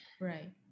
Right